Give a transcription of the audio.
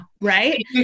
Right